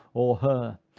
or her,